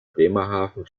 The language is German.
bremerhaven